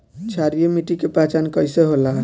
क्षारीय मिट्टी के पहचान कईसे होला?